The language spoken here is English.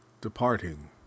departing